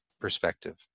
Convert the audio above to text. perspective